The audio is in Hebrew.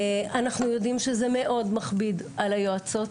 אנחנו יודעים שזה מאוד מכביד על היועצות,